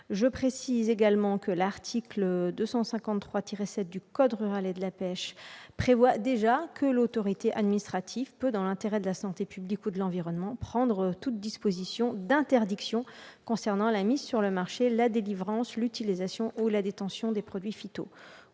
Je précise également que l'article 253-7 du code rural et de la pêche maritime prévoit déjà que l'autorité administrative peut, dans l'intérêt de la santé publique ou de l'environnement, prendre toutes dispositions d'interdiction concernant la mise sur le marché, la délivrance, l'utilisation ou la détention des produits